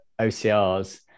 OCRs